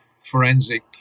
forensic